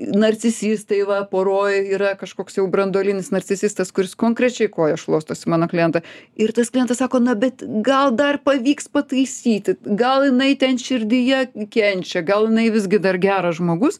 narcisistai va poroj yra kažkoks jau branduolinis narcisistas kuris konkrečiai kojas šluostos į mano klientą ir tas klientas sako na bet gal dar pavyks pataisyti gal jinai ten širdyje kenčia gal jinai visgi dar geras žmogus